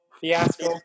fiasco